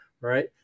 right